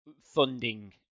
Funding